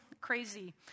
crazy